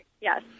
Yes